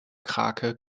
krake